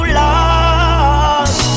lost